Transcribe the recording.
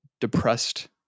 depressed